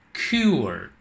cure